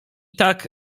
tak